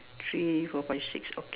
three four five six okay